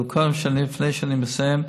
אבל קודם, לפני שאני מסיים,